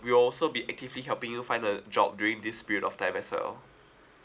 we'll also be actively helping you find a job during this period of time as well